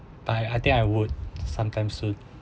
I I think I would sometime soon